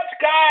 guys